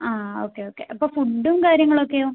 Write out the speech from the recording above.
ആ okay okay അപ്പോൾ ഫുഡ്ഡും കാര്യങ്ങളൊക്കെയോ